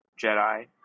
Jedi